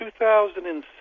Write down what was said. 2006